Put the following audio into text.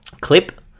Clip